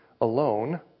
alone